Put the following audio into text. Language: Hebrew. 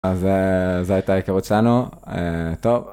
אז זה הייתה ההיכרות שלנו, טוב.